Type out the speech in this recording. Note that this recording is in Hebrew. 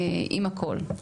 עם הכל.